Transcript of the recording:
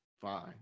fine